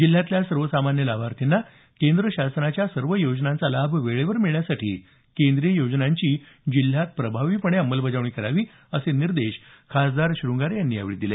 जिल्ह्यातल्या सर्वसामान्य लाभार्थ्यांना केंद्र शासनाच्या सर्व योजनांचा लाभ वेळेवर मिळण्यासाठी केंद्रीय योजनांची जिल्ह्यात प्रभावीपणे अंमलबजावणी करावी असे निर्देश खासदार सुधाकर शृंगारे यांनी यावेळी दिले